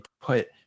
put